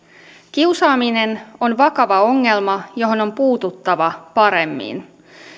kiusaaminen on vakava ongelma johon on puututtava paremmin